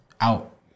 out